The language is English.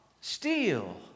steal